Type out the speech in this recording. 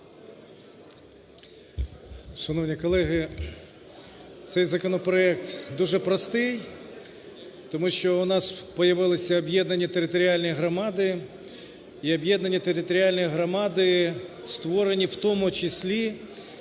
Шановні колеги, цей законопроект дуже простий, тому що у нас появилися об'єднані територіальні громади, і об'єднані територіальні громади створені в тому числі